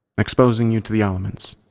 exposing you to the elements,